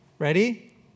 ready